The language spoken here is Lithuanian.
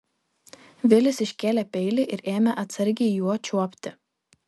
vilis iškėlė peilį ir ėmė atsargiai juo čiuopti